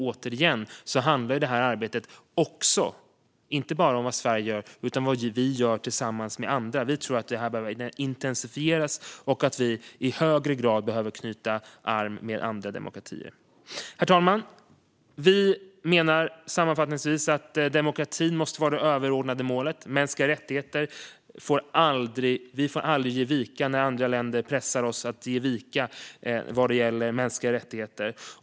Återigen handlar arbetet inte bara om vad Sverige gör utan också om vad vi gör tillsammans med andra. Vi tror att det här behöver intensifieras och att vi i högre grad behöver kroka arm med andra demokratier. Herr talman! Vi menar sammanfattningsvis att demokratin måste vara det överordnade målet. Vi får aldrig ge vika när andra länder pressar på för att vi ska vika oss vad gäller mänskliga rättigheter.